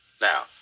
Now